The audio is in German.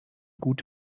gut